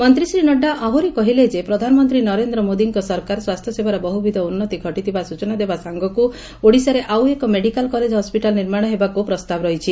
ମନ୍ତୀ ଶ୍ରୀ ନଡ୍ଯା ଆହୁରି କହିଲେ ଯେ ପ୍ରଧାନମନ୍ତୀ ନରେନ୍ଦ୍ର ମୋଦିଙ୍କ ସରକାର ସ୍ୱାସ୍ଥ୍ୟସେବାର ବହୁବିଧ ଉନ୍ଦତି ଘଟିଥିବା ସୂଚନା ଦେବା ସାଙ୍ଗକୁ ଓଡିଶାରେ ଆଉ ଏକ ମେଡିକାଲ କଲେଜ ହସ୍ପିଟାଲ ନିର୍ମାଣ ହେବାକୁ ପ୍ରସ୍ତାବ ରହିଛି